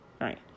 right